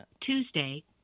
Tuesday